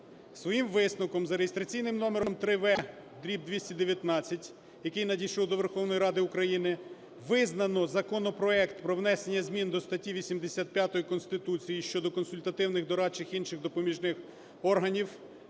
своїм висновком за реєстраційним номером 3В/219, який надійшов до Верховної Ради України, визнано законопроект про внесення зміни до статті 85 Конституції (щодо консультативних, дорадчих та інших допоміжних органів)